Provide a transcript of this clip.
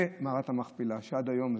ומערת המכפלה, שהיא עד היום.